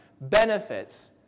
benefits